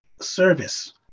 service